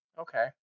Okay